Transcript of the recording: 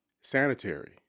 sanitary